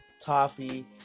toffee